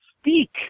speak